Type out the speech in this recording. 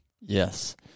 Yes